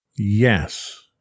Yes